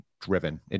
Driven